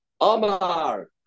Amar